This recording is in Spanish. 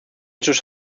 sus